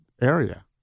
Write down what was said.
area